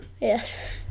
Yes